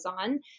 on